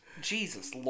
Jesus